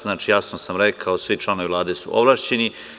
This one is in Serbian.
Znači, jasno sam rekao, svi članovi Vlade su ovlašćeni.